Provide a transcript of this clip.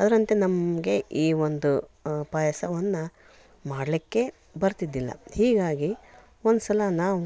ಅದರಂತೆ ನಮಗೆ ಈ ಒಂದು ಪಾಯಸವನ್ನು ಮಾಡಲಿಕ್ಕೆ ಬರ್ತಿದ್ದಿಲ್ಲ ಹೀಗಾಗಿ ಒಂದು ಸಲ ನಾವು